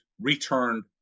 returned